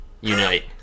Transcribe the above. unite